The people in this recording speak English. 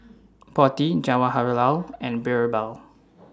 Potti Jawaharlal and Birbal